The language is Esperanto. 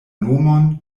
nomon